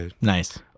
Nice